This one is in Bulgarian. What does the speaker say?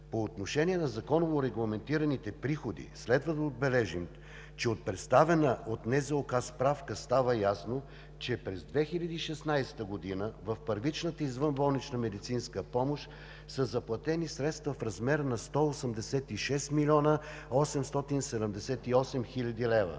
По отношение на законово регламентираните приходи следва да отбележим, че от представена от НЗОК справка става ясно, че през 2016 г. в първичната извънболнична медицинска помощ са заплатени средства в размер на 186 млн. 878 хил. лв.